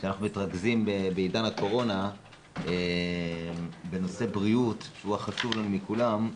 כשאנחנו מתרכזים בעידן הקורונה בנושא הבריאות שהוא החשוב מכולם,